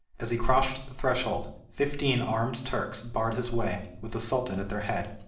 as he crossed the threshold fifteen armed turks barred his way, with the sultan at their head.